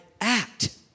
act